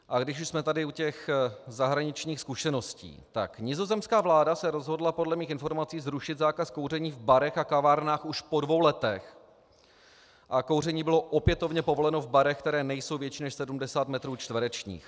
A když už jsme tady u zahraničních zkušeností, tak nizozemská vláda se rozhodla podle mých informací zrušit zákaz kouření v barech a kavárnách už po dvou letech a kouření bylo opětovně povoleno v barech, které nejsou větší než 70 metrů čtverečních.